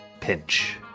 pinch